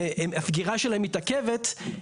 הסגירה שלהן מתעכבת,